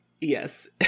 Yes